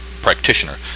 practitioner